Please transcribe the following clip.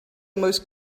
most